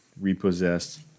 repossessed